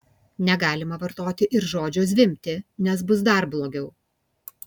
negalima vartoti ir žodžio zvimbti nes bus dar blogiau